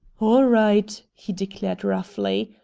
all right, he declared roughly.